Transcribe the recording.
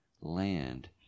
land